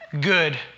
good